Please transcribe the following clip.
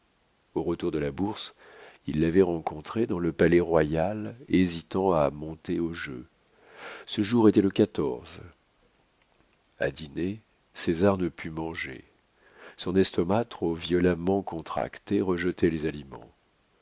au retour de la bourse il l'avait rencontré dans le palais-royal hésitant à monter au jeu ce jour était le quatorze a dîner césar ne put manger son estomac trop violemment contracté rejetait les aliments